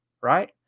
right